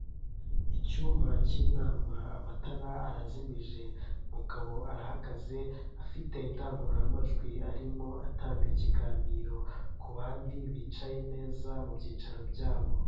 Icyumba cy'inama amatara arazimije umugabo arahagaze afite indangururamajwi arimo atanga ikiganiro ku bandi bicaye neza mu byicaro byabo.